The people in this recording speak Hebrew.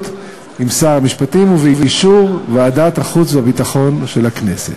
עם שר המשפטים ובאישור ועדת החוץ והביטחון של הכנסת.